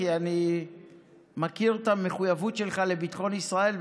כי אני מכיר את המחויבות שלך לביטחון ישראל,